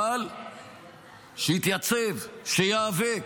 אבל שיתייצב, שייאבק,